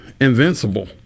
invincible